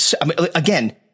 again